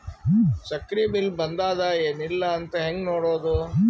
ಸಕ್ರಿ ಬಿಲ್ ಬಂದಾದ ಏನ್ ಇಲ್ಲ ಅಂತ ಹೆಂಗ್ ನೋಡುದು?